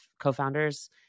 co-founders